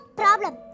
problem